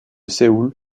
séoul